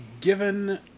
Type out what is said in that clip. given